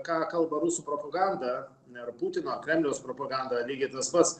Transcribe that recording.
ką kalba rusų propaganda ar putino kremliaus propaganda lygiai tas pats